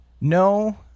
No